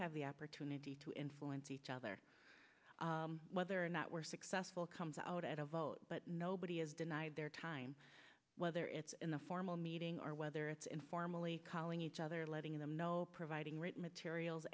have the opportunity to influence each other there are not were successful comes out at a vote but nobody is denied their time whether it's in a formal meeting or whether it's informally calling each other letting them know providing written materials